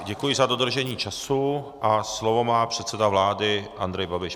Děkuji za dodržení času a slovo má předseda vlády Andrej Babiš.